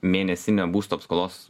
mėnesinė būsto paskolos